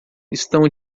estão